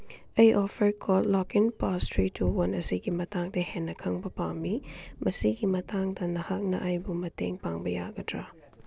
ꯑꯩ offer code login pass three two one ꯑꯁꯤꯒꯤ ꯃꯇꯥꯡꯗ ꯍꯦꯟꯅ ꯈꯪꯕ ꯄꯥꯝꯃꯤ ꯃꯁꯤꯒꯤ ꯃꯇꯥꯡꯗ ꯅꯍꯥꯛꯅ ꯑꯩꯕꯨ ꯃꯇꯦꯡ ꯄꯥꯡꯕ ꯌꯥꯒꯗ꯭ꯔꯥ